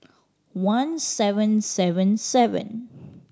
one seven seven seven